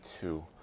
two